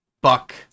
Buck